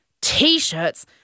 T-shirts